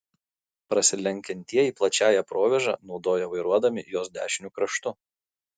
prasilenkiantieji plačiąją provėžą naudoja vairuodami jos dešiniu kraštu